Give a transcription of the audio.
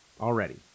already